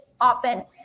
often